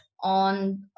on